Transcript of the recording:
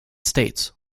states